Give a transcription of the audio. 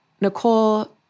Nicole